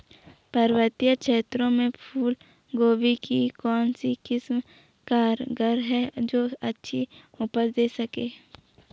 पर्वतीय क्षेत्रों में फूल गोभी की कौन सी किस्म कारगर है जो अच्छी उपज दें सके?